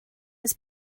his